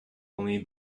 only